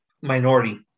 Minority